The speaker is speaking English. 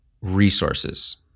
resources